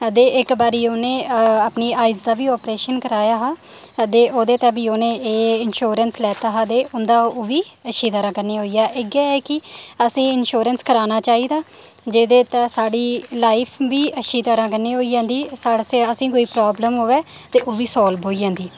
ते इक बारी उ'नें अपनी आईज़ दा बी ऑपरेशन कराया हा ते ओह्दे गितै बी उ'नें एह् इंश्योरेंस लैता तां ओह्बी अच्छी तरहं कन्नै होई गेआ ते इटयै ऐ कि असें ई इंश्योरेंस कराना चाहिदा जेह्दे ते साढ़ी लाईफ बी अच्छी तरह् कन्नै होई जंदी साढ़ा स असें कोई प्रॉब्लम होऐ ते ओह्बी सॉल्व होई जंदी